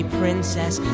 princess